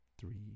three